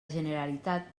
generalitat